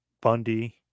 Bundy